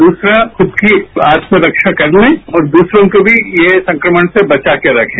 दूसरा खुद की आत्मरक्षा करने और दूसरों को भी ये संक्रमण से वचा कर रखे